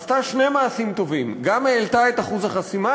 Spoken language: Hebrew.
היא עשתה שני מעשים טובים: גם העלתה את אחוז החסימה